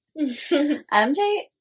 MJ